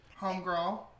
homegirl